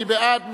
מי בעד?